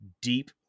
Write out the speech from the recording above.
deep